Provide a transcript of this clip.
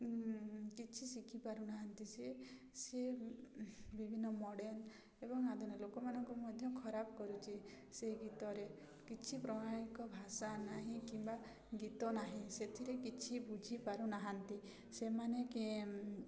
କିଛି ଶିଖିପାରୁନାହାନ୍ତି ସିଏ ସିଏ ବିଭିନ୍ନ ମଡ଼ର୍ଣ୍ଣ ଏବଂ ଲୋକମାନଙ୍କୁ ମଧ୍ୟ ଖରାପ କରୁଛି ସେଇ ଗୀତରେ କିଛି ପ୍ରାମାଣିକ ଭାଷା ନାହିଁ କିମ୍ବା ଗୀତ ନାହିଁ ସେଥିରେ କିଛି ବୁଝିପାରୁନାହାନ୍ତି ସେମାନେ